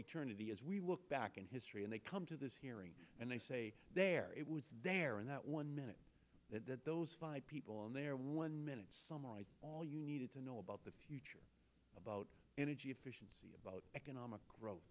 eternity as we look back in history and they come to this hearing and they say there it was there in that one minute that those five people on their one minute all you needed to know about the future about energy efficiency about economic growth